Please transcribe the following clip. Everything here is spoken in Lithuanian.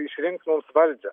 išrinks mums valdžią